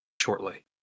shortly